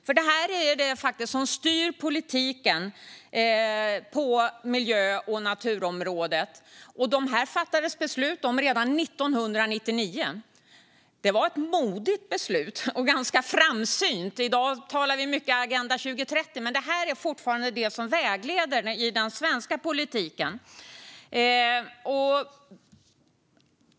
Det är nämligen dessa mål som faktiskt styr politiken på miljö och naturområdet, och det fattades beslut om dem redan 1999. Det var ett modigt beslut - och ganska framsynt. I dag talar vi mycket om Agenda 2030, men detta är fortfarande det som vägleder den svenska politiken.